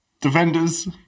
Defenders